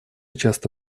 часто